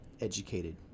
educated